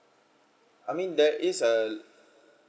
I mean that is a